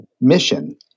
mission